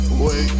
wait